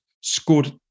scored